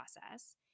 process